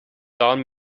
down